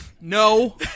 No